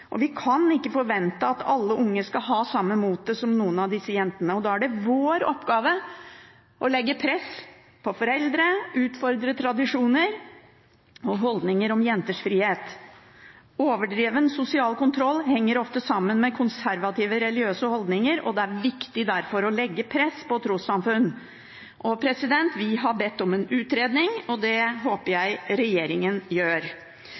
mot. Vi kan ikke forvente at alle unge skal ha samme motet som noen av disse jentene. Da er det vår oppgave å legge press på foreldre, utfordre tradisjoner og holdninger om jenters frihet. Overdreven sosial kontroll henger ofte sammen med konservative religiøse holdninger, og det er derfor viktig å legge press på trossamfunn. Vi har bedt om en utredning, og det håper